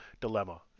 dilemma